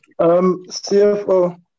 cfo